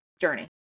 journey